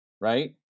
right